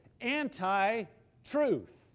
anti-truth